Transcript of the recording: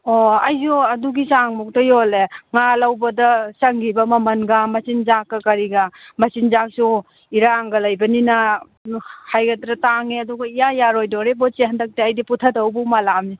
ꯑꯣ ꯑꯩꯁꯨ ꯑꯗꯨꯒꯤ ꯆꯥꯡꯃꯨꯛꯇ ꯌꯣꯜꯂꯦ ꯉꯥ ꯂꯧꯕꯗ ꯆꯪꯈꯤꯕ ꯃꯃꯟꯒ ꯃꯆꯤꯟꯖꯥꯛꯀ ꯀꯔꯤꯒ ꯃꯆꯤꯟꯖꯥꯛꯁꯨ ꯏꯔꯥꯡꯒ ꯂꯩꯕꯅꯤꯅ ꯍꯥꯏꯒꯠꯇꯅ ꯇꯥꯡꯉꯦ ꯑꯗꯨꯒ ꯏꯌꯥ ꯌꯥꯔꯣꯏꯗꯣꯔꯦꯕꯣ ꯏꯆꯦ ꯍꯟꯗꯛꯇꯤ ꯑꯩꯗꯤ ꯄꯨꯊꯗꯧꯕꯨ ꯃꯥꯜꯂꯛꯑꯕꯅꯤ